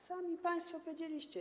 Sami państwo powiedzieliście.